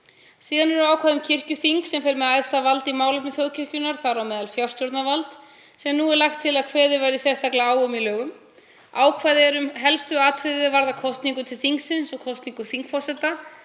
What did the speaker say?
Síðan eru ákvæði um kirkjuþing sem fer með æðsta vald í málefnum þjóðkirkjunnar, þar á meðal fjárstjórnarvald sem nú er lagt til að kveðið verði sérstaklega á um í lögum. Ákvæði eru um helstu atriði er varða kosningu til þingsins og kosningu þingforseta